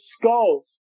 skulls